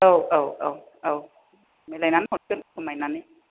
औ औ औ औ मिलायनानै हरगोन खमायनानै